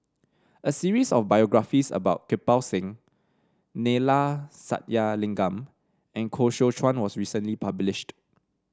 a series of biographies about Kirpal Singh Neila Sathyalingam and Koh Seow Chuan was recently published